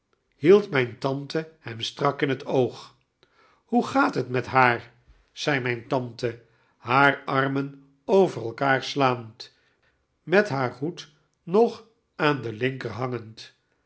hield mijn tante hem strak in het oog hoe gaat het met haar zei mijn tante p haar armen over elkaar slaand met haar hoed nog aan den